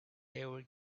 air